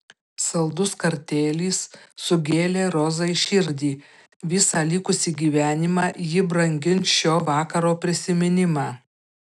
saldus kartėlis sugėlė rozai širdį visą likusį gyvenimą ji brangins šio vakaro prisiminimą